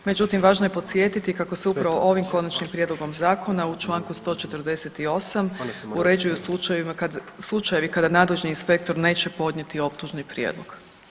Međutim, važno je podsjetiti kako se upravo ovim konačnim prijedlogom zakona u članku 148. uređuju slučajevi kada nadležni inspektor neće podnijeti optužni prijedlog.